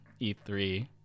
E3